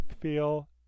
feel